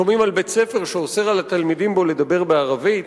שומעים על בית-ספר שאוסר על התלמידים בו לדבר בערבית.